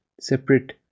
separate